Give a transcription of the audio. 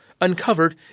uncovered